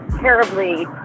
terribly